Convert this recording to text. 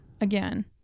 again